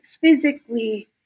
physically